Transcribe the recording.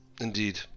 Indeed